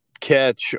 catch